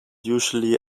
usually